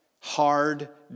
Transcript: hard